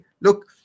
Look